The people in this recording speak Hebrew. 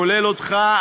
כולל אתה,